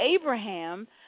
Abraham